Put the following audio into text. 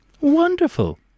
Wonderful